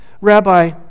Rabbi